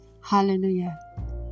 Hallelujah